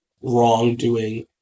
wrongdoing